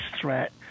threat